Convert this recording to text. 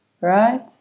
right